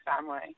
family